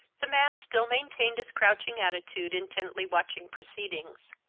the man still maintained his crouching attitude, intently watching proceedings.